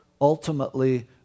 Ultimately